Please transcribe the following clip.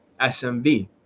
SMV